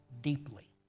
deeply